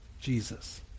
Jesus